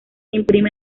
imprime